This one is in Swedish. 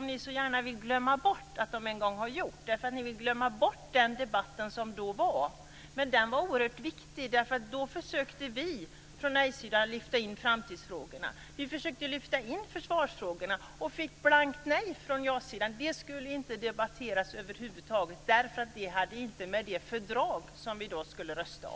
Ni vill så gärna glömma bort att de har gjort det, och ni vill glömma bort den debatt som då var. Den var oerhört viktig. Då försökte vi från nej-sidan lyfta in framtidsfrågorna. Vi försökte lyfta in försvarsfrågorna. Vi fick ett blankt nej från jasidan. De frågorna skulle över huvud taget inte debatteras därför att de inte hade något att göra med det fördrag vi då skulle rösta